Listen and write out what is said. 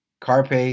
Carpe